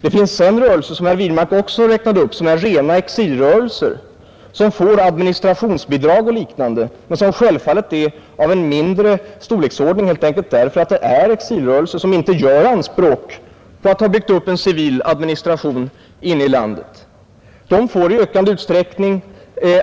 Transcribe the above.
Det finns sedan rörelser, som herr Wirmark också räknade upp, som är rena exilrörelser och som får administrationsbidrag och liknande, men självfallet av mindre storleksordning helt enkelt därför att det gäller exilrörelser som inte gör anspråk på att ha byggt upp en civil administration i landet. De får i ökande utsträckning